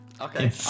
Okay